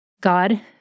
God